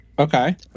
Okay